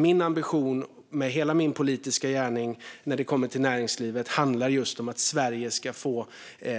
Min ambition för hela min politiska gärning när det kommer till näringslivet handlar just om att Sverige ska få